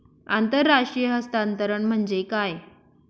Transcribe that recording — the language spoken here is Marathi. आंतरराष्ट्रीय हस्तांतरण म्हणजे काय?